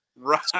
Right